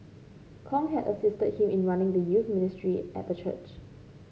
Kong had assisted him in running the youth ministry at the church